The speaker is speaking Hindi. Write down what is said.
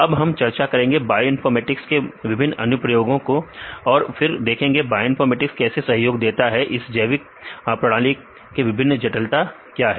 अब हम चर्चा करेंगे बायोइनफॉर्मेटिक्स के विभिन्न अनुप्रयोगों की और फिर देखेंगे कि बायोइनफॉर्मेटिक्स कैसे सहयोग देता है और इसी जैविक प्रणाली की विभिन्न जटिलता क्या है